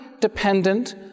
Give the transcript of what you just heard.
dependent